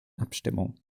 abstimmung